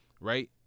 right